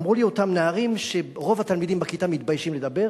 אמרו לי אותם נערים שרוב התלמידים בכיתה מתביישים לדבר